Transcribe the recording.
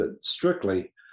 strictly